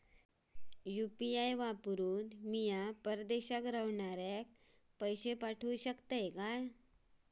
UPI वापरान मी परदेशाक रव्हनाऱ्याक पैशे पाठवु शकतय काय?